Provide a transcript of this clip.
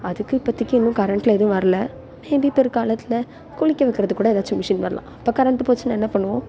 அதுக்கு இப்போதிக்கி இன்னும் கரண்ட்டில் எதுவும் வரல மேபி பிற்காலத்தில் குளிக்க வைக்கிறதுக்கு கூட ஏதாச்சும் மிஷின் வரலாம் அப்போ கரண்ட் போச்சுன்னா என்ன பண்ணுவோம்